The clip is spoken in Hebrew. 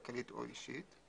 כלכלית או אישית;